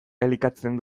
elikatzen